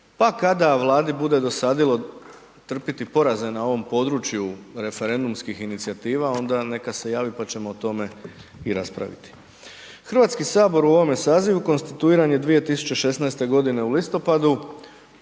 pa kada Vladi bude dosadilo trpiti poraze na ovom području referendumskih inicijativa onda neka se javi pa ćemo o tome i raspraviti. Hrvatski sabor u ovome sazivu konstituiran je 2016. godine u listopadu,